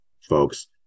folks